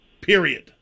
period